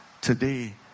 today